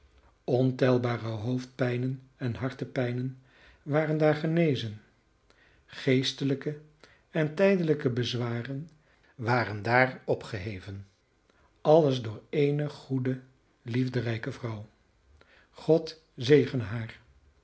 gekomen ontelbare hoofdpijnen en hartepijnen waren daar genezen geestelijke en tijdelijke bezwaren waren daar opgeheven alles door ééne goede liefelijke vrouw god zegene